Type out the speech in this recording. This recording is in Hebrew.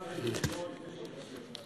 בשביל זה כולם באים עם דירות לפני שהם,